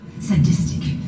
sadistic